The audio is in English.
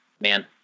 man